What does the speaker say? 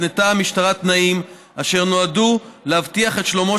התנתה המשטרה תנאים אשר נועדו להבטיח את שלומו